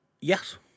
Yes